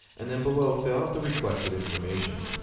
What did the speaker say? and then below fill out the requested information.